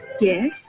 Yes